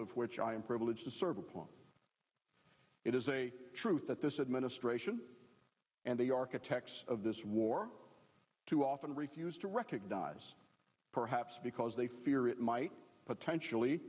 of which i am privileged to serve upon it is a truth that this administration and the architects of this war too often refuse to recognize perhaps because they fear it might potentially